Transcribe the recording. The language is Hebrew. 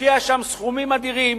משקיע שם סכומים אדירים,